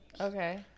Okay